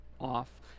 off